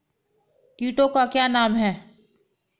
कीटों के नाम क्या हैं?